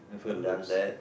I've done that